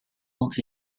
months